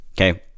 Okay